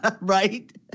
Right